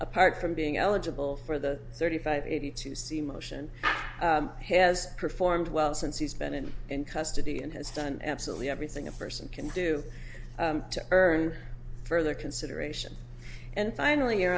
apart from being eligible for the thirty five eighty to see motion him has performed well since he's been in custody and has done absolutely everything a person can do to earn further consideration and finally